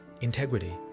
integrity